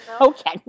okay